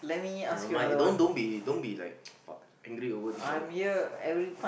never mind eh don't don't be don't be like fuck angry over this one lah fuck